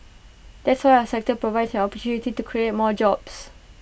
that's why our sector provides an opportunity to create more jobs